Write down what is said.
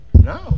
No